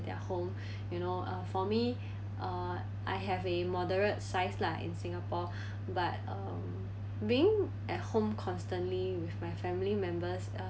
their home you know uh for me uh I have a moderate size lah in singapore but uh being at home constantly with my family members uh